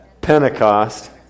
pentecost